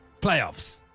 Playoffs